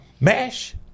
MASH